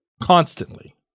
constantly